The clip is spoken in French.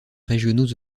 régionaux